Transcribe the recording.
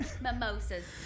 Mimosas